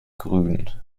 grün